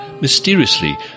mysteriously